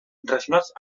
relacionats